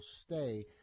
stay